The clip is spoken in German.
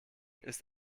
ist